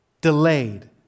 delayed